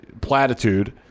platitude